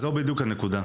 זו בדיוק הנקודה.